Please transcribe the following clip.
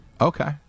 Okay